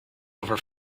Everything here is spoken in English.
over